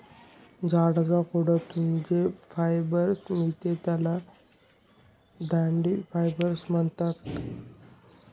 झाडाच्या खोडातून जे फायबर मिळते त्याला दांडी फायबर म्हणतात